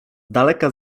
daleka